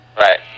Right